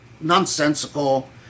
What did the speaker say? nonsensical